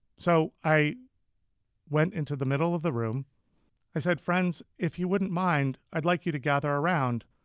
so i went into the middle of the room i said, friends, if you wouldn't mind, i'd like you to gather around.